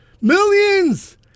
Millions